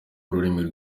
ururimi